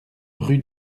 rue